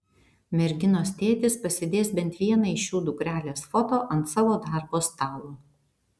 merginos tėtis pasidės bent vieną iš šių dukrelės foto ant savo darbo stalo